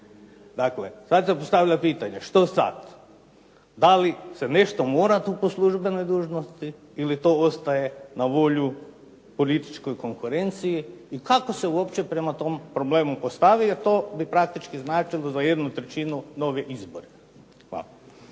Dakle, zato bih postavio pitanje što sad? Da li se nešto mora tu po službenoj dužnosti ili to ostaje na volju političkoj konkurenciji i kako se uopće prema tom problemu postavi jer to bi praktički značilo za 1/3 nove izbore? Hvala.